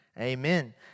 amen